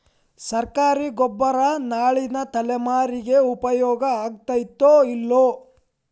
ಸರ್ಕಾರಿ ಗೊಬ್ಬರ ನಾಳಿನ ತಲೆಮಾರಿಗೆ ಉಪಯೋಗ ಆಗತೈತೋ, ಇಲ್ಲೋ?